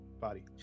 Body